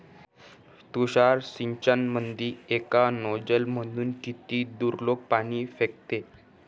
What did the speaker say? तुषार सिंचनमंदी एका नोजल मधून किती दुरलोक पाणी फेकते?